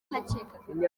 nakekaga